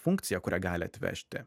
funkciją kurią gali atvežti